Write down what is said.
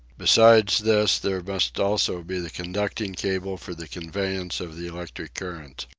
besides this there must also be the conducting cables for the conveyance of the electric current.